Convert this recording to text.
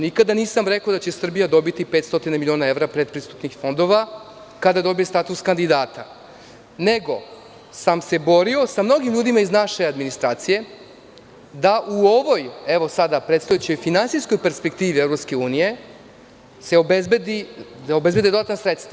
Nikada nisam rekao da će Srbija dobiti 500 miliona evra predpristupnih fondova kada dobije status kandidata, nego sam se borio sa mnogim ljudima iz naše administracije da u ovoj, evo, sada predstojećoj finansijskoj perspektivi EU se obezbede dodatna sredstva.